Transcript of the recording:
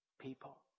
people